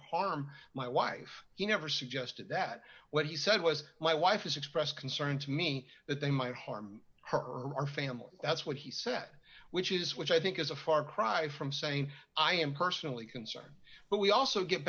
harm my wife you never suggested that what he said was my wife has expressed concern to me that they might harm her our family that's what he said which is which i think is a far cry from saying i am personally concerned but we also get